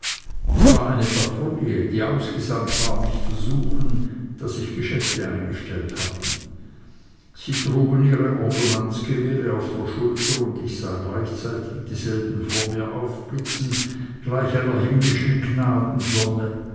es war eine patrouille die ausgesandt war mich zu suchen da sich geschäfte eingestellt hatten sie trugen ihre ordonnanzgewehre auf der schulter und ich sah gleichzeitig dieselben vor mir aufblitzen gleich einer himmlischen